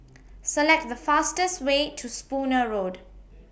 Select The fastest Way to Spooner Road